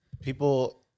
People